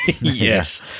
Yes